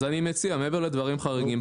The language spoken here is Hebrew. אז אני מציע מעבר לדברים חריגים,